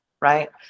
right